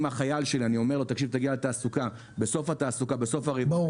אם אני אומר לחייל שלי שיגיע לתעסוקה בסוף הרבעון --- ברור.